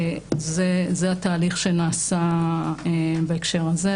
זה התהליך שנעשה בהקשר הזה.